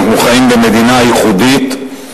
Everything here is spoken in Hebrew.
אנחנו חיים במדינה ייחודית,